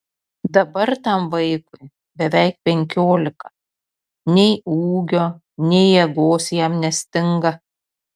dabar tam vaikui beveik penkiolika nei ūgio nei jėgos jam nestinga